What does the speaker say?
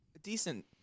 decent